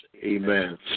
Amen